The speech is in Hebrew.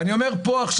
אני אומר לך,